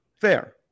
Fair